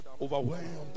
overwhelmed